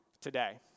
today